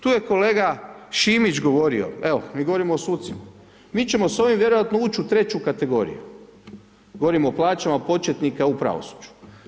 Tu je kolega Šimić govorio, evo, mi govorimo o sucima, mi ćemo s ovim vjerojatno ući u treću kategoriju, govorimo o plaćama početnika u pravosuđu.